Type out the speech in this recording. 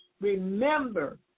remember